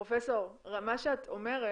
פרופ' זכאי, מה שאת אומרת,